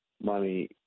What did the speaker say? money